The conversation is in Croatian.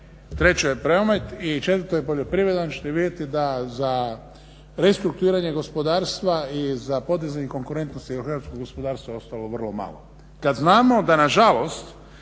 treće je promet i četvrto je poljoprivreda što ćete vidjeti da za restrukturiranje gospodarstva i za podizanje konkurentnosti od hrvatskog gospodarstva je ostalo vrlo malo, kad znamo da nažalost